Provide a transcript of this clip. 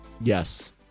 yes